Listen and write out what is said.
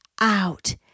out